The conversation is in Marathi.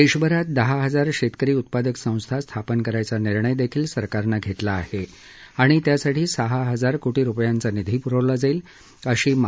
देशभरात दहा हजार शेतकरी उत्पादक संस्था स्थापन करायचा निर्णय देखील सरकारनं घेतला आहे आणि त्यासाठी सहा हजार कोटी रुपयांचा निधी पुरवला जाईल अशी माहिती त्यांनी दिली